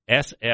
SL